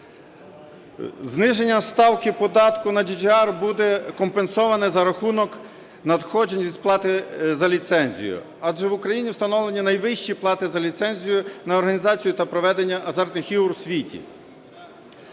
Зниження ставки податку на GGR буде компенсовано за рахунок надходжень від сплати за ліцензію, адже в Україні встановлені найвищі плати за ліцензію на організацію та проведення азартних ігор у світі.